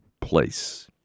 place